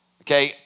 okay